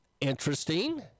interesting